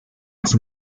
its